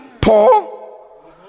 Paul